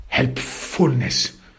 Helpfulness